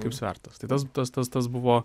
kaip svertas tai tas tas tas tas buvo